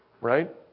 right